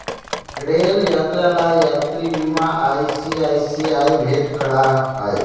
rail यात्रा ला यात्रा बीमा आई.सी.आई.सी.आई भेंट करा हई